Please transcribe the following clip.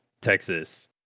texas